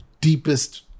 deepest